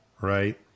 right